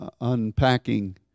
unpacking